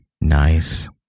nice